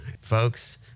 Folks